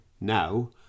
now